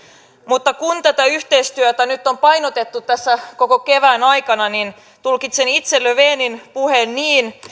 mutta kun tätä yhteistyötä nyt on painotettu tässä koko kevään aikana niin tulkitsen itse löfvenin puheen niin